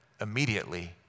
immediately